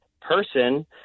person